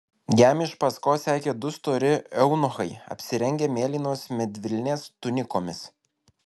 jam iš paskos sekė du stori eunuchai apsirengę mėlynos medvilnės tunikomis